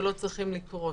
ולא צריכים לקרות.